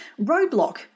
roadblock